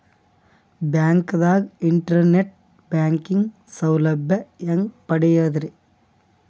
ಬ್ಯಾಂಕ್ದಾಗ internet banking ಸೌಲಭ್ಯ ಹೆಂಗ್ ಪಡಿಯದ್ರಿ?